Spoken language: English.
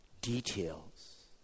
details